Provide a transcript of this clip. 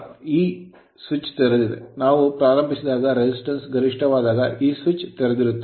ಮತ್ತು ಈ ಸ್ವಿಚ್ ತೆರೆದಿದೆ ನಾವು ಪ್ರಾರಂಭಿಸಿದಾಗ resistance ಪ್ರತಿರೋಧವು ಗರಿಷ್ಠವಾದಾಗ ಈ ಸ್ವಿಚ್ ತೆರೆದಿರುತ್ತದೆ